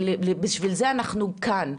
ובשביל זה אנחנו כאן.